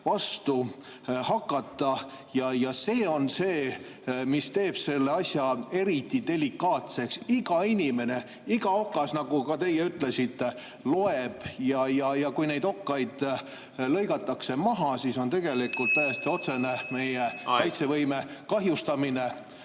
vastu hakata. See on see, mis teeb selle asja eriti delikaatseks. Iga inimene, iga okas, nagu ka teie ütlesite, loeb. Ja kui neid okkaid lõigatakse maha, siis on see tegelikult täiesti otsene meie kaitsevõime kahjustamine.